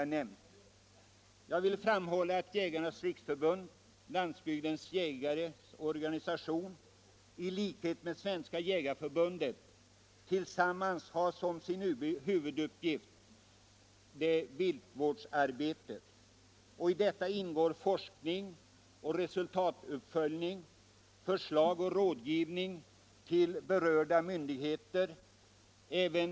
Jag vill framhålla att Jägarnas riksförbund-Landsbygdens jägare i likhet med Svenska jägareförbundet som sin huvuduppgift har detta viltvårdsarbete. I detta ingår forskning och resultatsuppföljning samt förslag och rådgivning till berörda myndigheter.